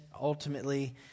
ultimately